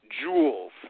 jewels